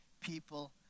people